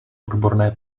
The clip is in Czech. odborné